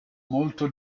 molto